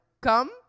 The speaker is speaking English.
come